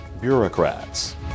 bureaucrats